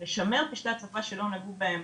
לשמר פשטי הצפה שלא נגעו בהם.